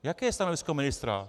Jaké je stanovisko ministra?